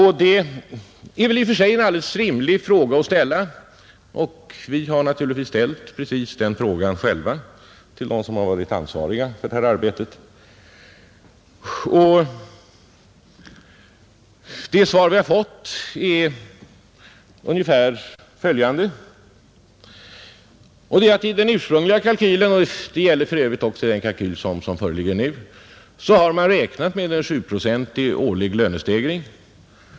Det är väl i och för sig en alldeles rimlig fråga att ställa, och vi har naturligtvis själva ställt den frågan till dem som varit ansvariga för detta arbete. Det svar vi har fått är ungefär följande, I den ursprungliga kalkylen — det gäller för övrigt också den kalkyl som föreligger nu — har man räknat med en sjuprocentig årlig lönestegring.